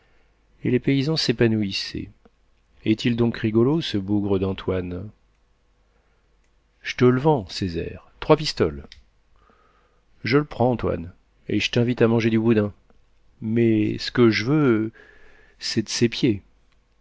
et les paysans s'épanouissaient est-il donc rigolo ce bougre d'antoine j'te l'vend césaire trois pistoles je l'prends antoine et j't'invite à manger du boudin mé c'que j'veux c'est d'ses pieds